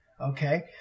Okay